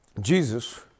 Jesus